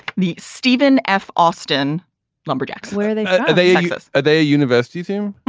the stephen f. austin lumberjacks where they they exist are they a university team?